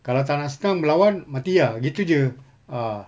kalau tak nak senang melawan mati ah gitu jer ah